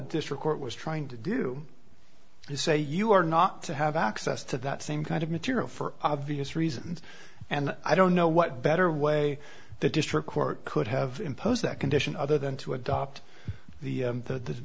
report was trying to do you say you are not to have access to that same kind of material for obvious reasons and i don't know what better way the district court could have imposed that condition other than to adopt the